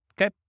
okay